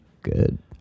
Good